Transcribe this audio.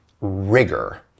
rigor